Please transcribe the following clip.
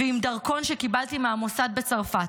ועם דרכון שקיבלתי מהמוסד בצרפת.